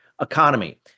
economy